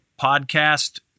podcast